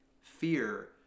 Fear